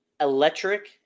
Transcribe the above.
electric